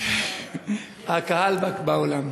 הקהל באולם,